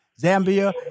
Zambia